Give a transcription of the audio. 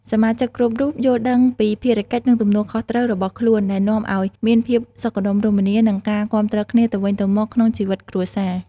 សមាជិកគ្រប់រូបយល់ដឹងពីភារកិច្ច និងទំនួលខុសត្រូវរបស់ខ្លួន ដែលនាំឲ្យមានភាពសុខដុមរមនា និងការគាំទ្រគ្នាទៅវិញទៅមកក្នុងជីវិតគ្រួសារ។